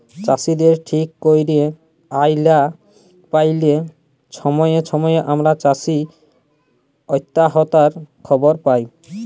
চাষীদের ঠিক ক্যইরে আয় লা প্যাইলে ছময়ে ছময়ে আমরা চাষী অত্যহত্যার খবর পায়